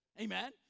Amen